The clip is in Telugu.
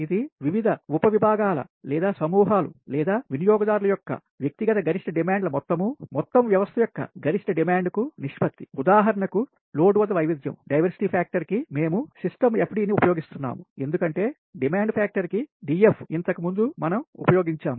ఇది వివిధ ఉపవిభాగం లేదా సమూహాలు లేదా వినియోగదారుల యొక్క వ్యక్తిగత గరిష్ట డిమాండ్ల మొత్తం మొత్తం వ్యవస్థ యొక్క గరిష్ట డిమాండ్కు నిష్పత్తి ఉదాహరణకు లోడ్ వద్ద వైవిధ్యం డైవర్సిటీ ఫ్యాక్టర్ కి మేము సిస్టమ్ ఎఫ్డి ని ఉపయోగిస్తున్నాము ఎందుకంటే డిమాండ్ ఫ్యాక్టర్ కి DF ఇంతకుముందు మనం ఉపయోగించాము